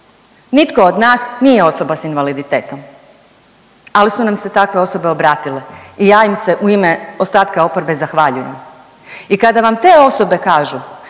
Nitko od nas nije osoba s invaliditetom. Ali su nam se takve osobe obratile i ja im se u ime ostatka oporbe zahvaljujem. I kada vam te osobe kažu,